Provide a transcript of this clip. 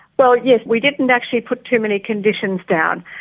well, yes, we didn't actually put too many conditions down,